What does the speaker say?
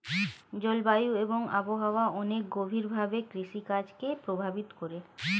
জলবায়ু এবং আবহাওয়া অনেক গভীরভাবে কৃষিকাজ কে প্রভাবিত করে